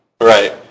Right